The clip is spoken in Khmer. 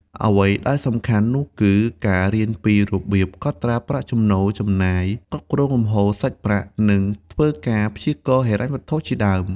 អ្វីដែលសំខាន់នោះគឺ ការរៀនពីរបៀបកត់ត្រាប្រាក់ចំណូល ចំណាយ គ្រប់គ្រងលំហូរសាច់ប្រាក់ និងធ្វើការព្យាករណ៍ហិរញ្ញវត្ថុជាដើម។